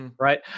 Right